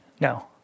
No